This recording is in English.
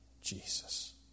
Jesus